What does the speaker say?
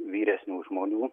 vyresnių žmonių